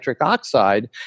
oxide